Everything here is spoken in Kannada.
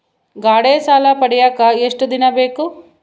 ಗಾಡೇ ಸಾಲ ಪಡಿಯಾಕ ಎಷ್ಟು ದಿನ ಬೇಕು?